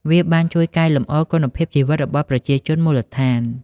វាបានជួយកែលម្អគុណភាពជីវិតរបស់ប្រជាជនមូលដ្ឋាន។